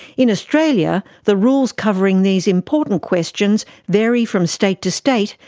in australia the rules covering these important questions vary from state to state,